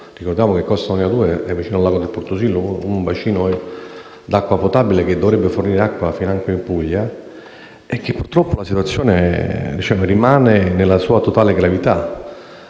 Ricordiamo che il pozzo Costa Molino 2 è vicino al lago del Pertusillo, un bacino d'acqua potabile che dovrebbe fornire acqua finanche in Puglia. Purtroppo la situazione rimane nella sua totale gravità.